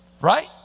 Right